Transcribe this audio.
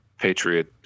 patriot